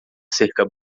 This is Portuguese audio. cerca